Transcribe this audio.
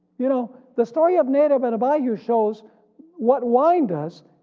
you know the story of nadab and abihu shows what wine does,